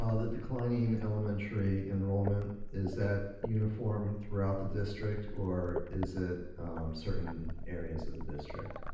ah the declining elementary enrollment, is that uniform throughout the district or is it certain areas of the district